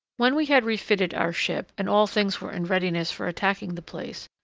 when we had refitted our ship, and all things were in readiness for attacking the place,